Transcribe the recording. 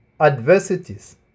adversities